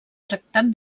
tractat